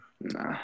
Nah